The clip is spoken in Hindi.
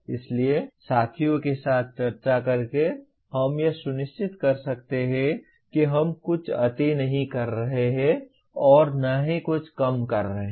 इसलिए साथियों के साथ चर्चा करके हम यह सुनिश्चित कर सकते हैं कि हम कुछ अति नहीं कर रहे हैं और न ही कुछ कम कर रहे हैं